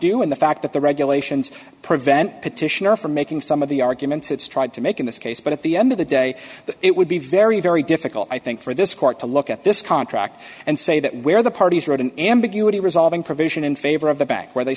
do in the fact that the regulations prevent petitioner from making some of the arguments it's tried to make in this case but at the end of the day it would be very very difficult i think for this court to look at this contract and say that where the parties are owed an ambiguity resolving provision in favor of the bank where they